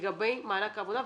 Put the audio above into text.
לגבי מענק עבודה,